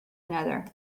another